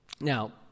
Now